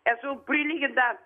esu prilyginta